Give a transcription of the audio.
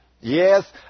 Yes